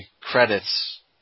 credits